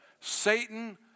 Satan